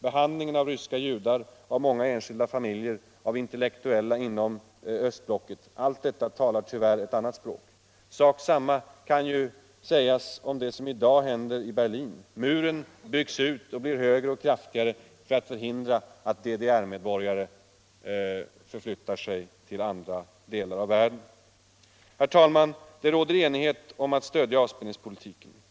Behandlingen av ryska judar, av många enskilda familjer, av intellektuella inom östblocket — allt detta talar tyvärr ett annat språk. Sak samma kan sägas om det som i dag händer i Berlin. Muren byggs ut och blir högre och kraftigare för att förhindra att DDR medborgare förflyttar sig till andra delar av världen. Herr talman! Det råder enighet om att stödja avspänningspolitiken.